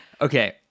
Okay